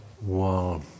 Wow